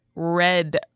red